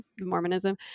mormonism